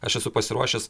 aš esu pasiruošęs